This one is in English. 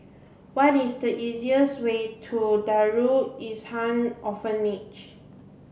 what is the easiest way to Darul Ihsan Orphanage